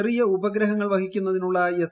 ചെറിയ ഉപഗ്രഹങ്ങൾ വഹിക്കൂന്ന്തീനുള്ള എസ്